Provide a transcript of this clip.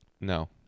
No